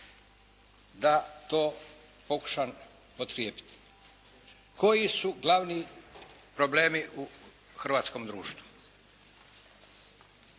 Da to pokušam potkrijepiti. Koji su glavni problemi u hrvatskom društvu?